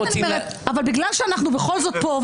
אבל בגלל שאנחנו בכל זאת פה,